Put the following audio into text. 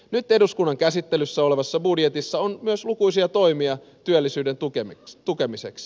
nyt eduskunnan käsittelyssä olevassa budjetissa on myös lukuisia toimia työllisyyden tukemiseksi